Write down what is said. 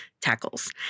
tackles